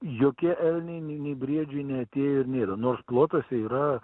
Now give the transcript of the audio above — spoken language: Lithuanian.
jokie elniai nei briedžiai neatėjo ir nėra nors plotuose yra